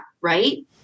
Right